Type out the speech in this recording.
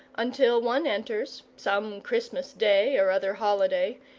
until one enters, some christmas day or other holiday,